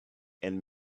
and